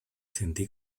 sentí